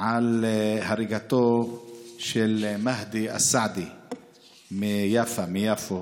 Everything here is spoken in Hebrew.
על הריגתו של מהדי אלסעדי מיפא, מיפו,